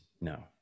no